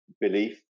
belief